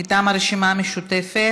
מטעם הרשימה המשותפת,